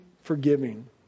forgiving